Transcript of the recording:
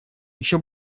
еще